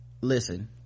Listen